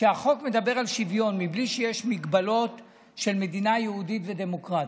והחוק מדבר על שוויון בלי שיש מגבלות של מדינה יהודית ודמוקרטית,